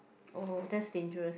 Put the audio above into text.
oh that's dangerous